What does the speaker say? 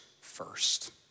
first